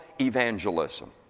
evangelism